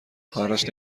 خواهرش